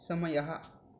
समयः